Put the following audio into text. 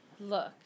Look